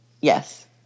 Yes